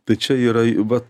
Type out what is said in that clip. tai čia yra vat